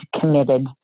committed